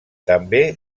també